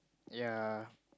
ya